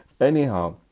Anyhow